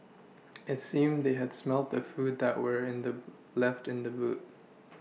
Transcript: it seemed they had smelt the food that were in the left in the boot